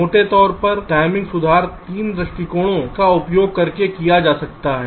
मोटे तौर पर टाइमिंग सुधार 3 दृष्टिकोणों का उपयोग करके किया जा सकता है